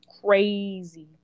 crazy